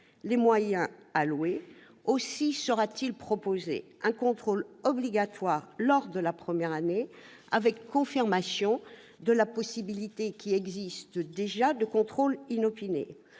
les moyens alloués. Aussi sera-t-il proposé un contrôle obligatoire lors de la première année, avec confirmation de la possibilité, qui existe déjà, de contrôles inopinés.